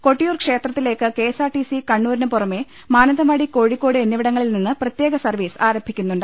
കൊട്ടിയൂർ ക്ഷേത്രത്തിലേക്ക് കെഎസ്ആർടിസി കണ്ണൂരിന് പുറമെ മാനന്തവാടി കോഴിക്കോട് എന്നിവിടങ്ങളിൽ നിന്ന് പ്രത്യേക സർവീസ് ആരംഭിക്കുന്നുണ്ട്